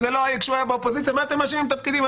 כשהוא היה באופוזיציה: מה אתם מאשימים את הפקידים?